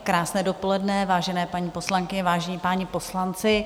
Krásné dopoledne, vážené paní poslankyně, vážení páni poslanci.